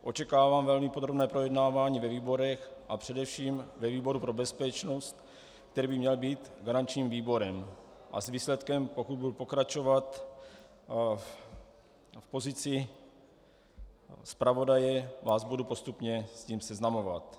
Očekávám velmi podrobné projednávání ve výborech a především ve výboru pro bezpečnost, který by měl být garančním výborem, a s výsledkem, pokud budu pokračovat v pozici zpravodaje, vás budu postupně seznamovat.